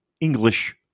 English